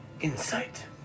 insight